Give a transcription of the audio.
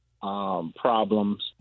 Problems